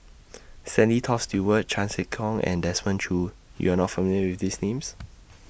Stanley Toft Stewart Chan Sek Keong and Desmond Choo YOU Are not familiar with These Names